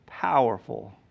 powerful